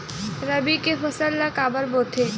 रबी के फसल ला काबर बोथे?